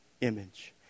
image